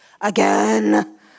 Again